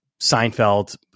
Seinfeld